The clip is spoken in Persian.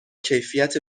کیفیت